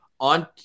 on